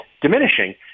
diminishing